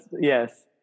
Yes